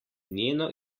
njeno